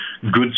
goods